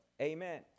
Amen